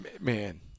Man